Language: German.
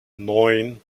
neun